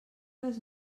les